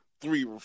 three